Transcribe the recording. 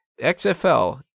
XFL